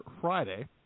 Friday